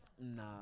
Nah